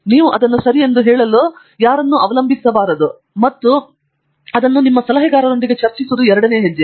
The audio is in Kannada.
ನೀವು ಅದನ್ನು ಸರಿ ಎಂದು ಹೇಳಲು ಯಾರನ್ನಾದರೂ ಅವಲಂಬಿಸಿರಬಾರದು ಮತ್ತು ನಂತರ ನಿಮ್ಮೊಂದಿಗೆ ಹಂಚಿಕೊಳ್ಳಲು ನಿಮ್ಮ ಸಲಹೆಗಾರರೊಂದಿಗೆ ಚರ್ಚಿಸುವುದು ಎರಡನೆಯ ಹೆಜ್ಜೆ